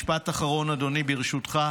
משפט אחרון, אדוני, ברשותך.